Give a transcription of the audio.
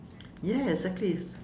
yes exactly